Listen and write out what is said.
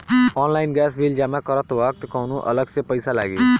Online gas bill जमा करत वक्त कौने अलग से पईसा लागी?